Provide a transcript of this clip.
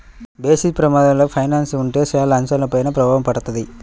basis ప్రమాదంలో finance ఉంటే చాలా అంశాలపైన ప్రభావం పడతది